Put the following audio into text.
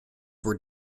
were